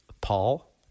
Paul